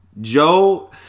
Joe